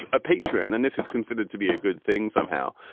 a patron. and this is considered to be a good thing somehow.